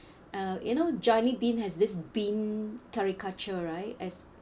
uh you know Jollibean has this bean caricature right as